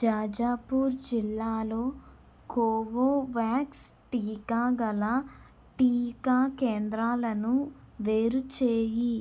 జాజపూర్ జిల్లాలో కోవోవాక్స్ టీకా గల టీకా కేంద్రాలను వేరు చేయి